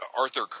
Arthur